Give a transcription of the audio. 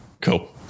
Cool